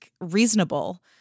reasonable